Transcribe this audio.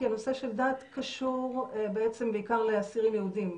הנושא של דת קשור בעיקר לאסירים יהודים.